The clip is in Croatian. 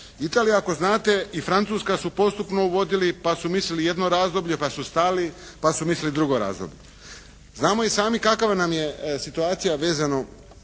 Italija ako znate i Francuska su postupno uvodili pa su mislili jedno razdoblje, pa su stali, pa su mislili drugo razdoblje. Znamo i sami kakva nam je situacija vezano